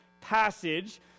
passage